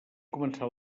començat